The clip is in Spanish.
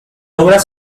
obras